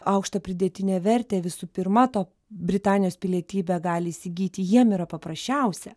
aukštą pridėtinę vertę visų pirma to britanijos pilietybę gali įsigyti jiem yra paprasčiausia